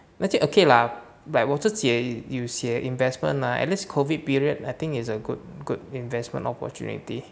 macam okay lah but 我自己也有学 investment lah at least COVID period I think is a good good investment opportunity